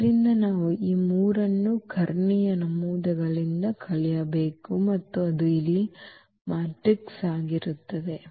ಆದ್ದರಿಂದ ನಾವು ಈ 3 ಅನ್ನು ಕರ್ಣೀಯ ನಮೂದುಗಳಿಂದ ಕಳೆಯಬೇಕು ಮತ್ತು ಅದು ಇಲ್ಲಿ ನಮ್ಮ ಮ್ಯಾಟ್ರಿಕ್ಸ್ ಆಗಿರುತ್ತದೆ